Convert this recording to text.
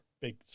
big